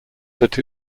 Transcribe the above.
that